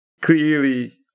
clearly